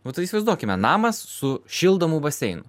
nu tai įsivaizduokime namas su šildomu baseinu